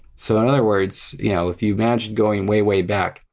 so in other words, you know if you imagine going way way back,